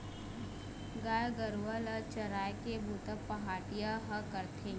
गाय गरूवा ल चराए के बूता पहाटिया ह करथे